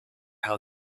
how